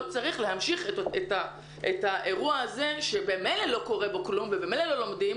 לא צריך להמשיך את האירוע הזה שבמילא לא קורה בו כלום ובמילא לא לומדים,